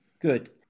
Good